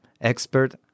expert